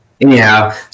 Anyhow